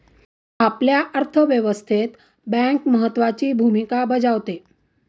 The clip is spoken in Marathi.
आपल्या अर्थव्यवस्थेत बँक महत्त्वाची भूमिका बजावते